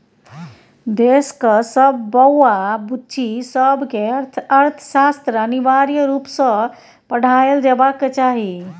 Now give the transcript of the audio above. देशक सब बौआ बुच्ची सबकेँ अर्थशास्त्र अनिवार्य रुप सँ पढ़ाएल जेबाक चाही